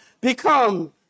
become